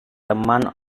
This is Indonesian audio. teman